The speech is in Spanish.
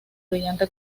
brillante